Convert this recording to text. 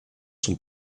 sont